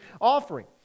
offering